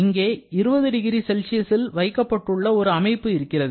இங்கே 20 டிகிரி செல்சியஸில் வைக்கப்பட்டுள்ள ஒரு அமைப்பு இருக்கிறது